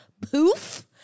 poof